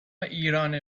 ایرانه